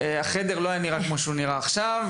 החדר לא היה נראה כמו שהוא נראה עכשיו,